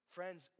Friends